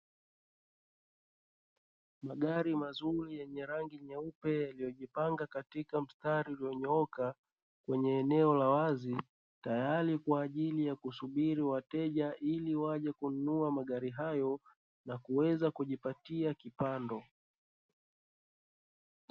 Magari mazuri yenye rangi nyeupe yaliyojipanga katika mstari uliyonyooka kwenye eneo la wazi, tayari kwa ajili ya kusubiri wateja hili wake kununua magari hayo na kuweza kujipatia kipato.